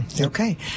Okay